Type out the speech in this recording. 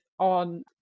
on